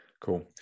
Cool